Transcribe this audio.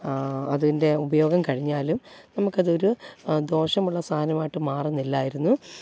അതിൻ്റെ ഉപയോഗം കഴിഞ്ഞാലും നമുക്കതൊരു ദോഷമുള്ള സാധനമായിട്ട് മാറുന്നില്ലായിരുന്നു